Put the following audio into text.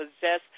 possess